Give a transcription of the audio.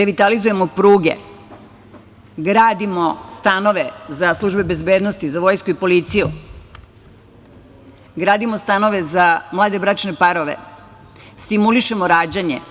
Revitalizujemo pruge, gradimo stanove za službe bezbednosti, za vojsku i policiju, gradimo stanove za mlade bračne parove, stimulišemo rađanje.